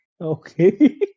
Okay